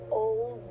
old